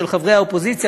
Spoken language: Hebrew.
של חברי האופוזיציה,